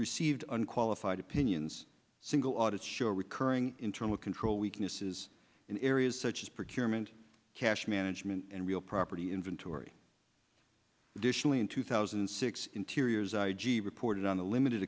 received unqualified opinions single audit show recurring internal control weaknesses in areas such as procurement cash management and real property inventory additionally in two thousand and six interiors i g reported on the limited